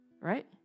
Right